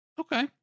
Okay